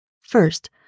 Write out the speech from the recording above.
First